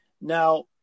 Now